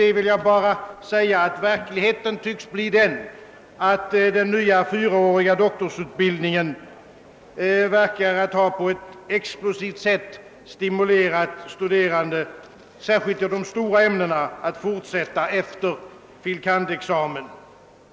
Jag vill härtill säga, att det i verkligheten tycks bli så att den nya fyraåriga doktorsutbildningen har stimulerat till en explosionsartad utveckling, innebärande att de studerande, särskilt i de stora ämnena, i ökad utsträckning fortsätter efter fil. kand.-examen.